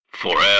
FOREVER